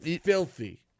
Filthy